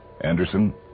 Anderson